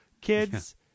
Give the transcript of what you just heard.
Kids